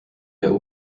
der